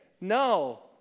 No